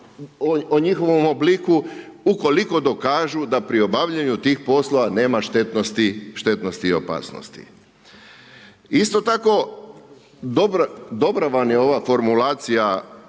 o njihovom obliku u koliko dokažu da pri obavljanju tih poslova nema štetnosti i opasnosti. Isto tako, dobra vam je ova formulacija